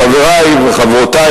חברי וחברותי,